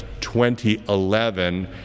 2011